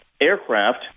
aircraft